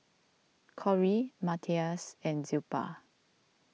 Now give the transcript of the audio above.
Kory Matias and Zilpah